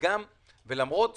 ולמרות זאת,